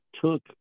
took